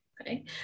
Okay